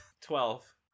Twelve